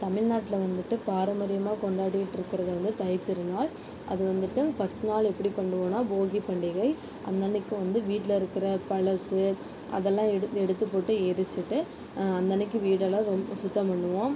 தமிழ் நாட்டில் வந்துட்டு பாரம்பரியமாக கொண்டாடிகிட்டுருக்குறது வந்து தை திருநாள் அது வந்துட்டு ஃபர்ஸ்ட் நாள் எப்படி பண்ணுவோன்னால் போகி பண்டிகை அந்த அன்றைக்கு வந்து வீட்டில் இருக்கிற பழசு அதெல்லாம் எடுத்து எடுத்து போட்டு எரிச்சுட்டு அன்றைக்கி வீடெல்லாம் ரொம்ப சுத்தம் பண்ணுவோம்